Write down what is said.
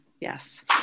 yes